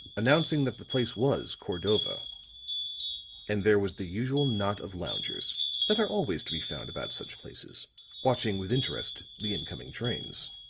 announcing that the place was cordova and there was the usual knot of loungers that are always to be found about such places watching with interest the incoming trains.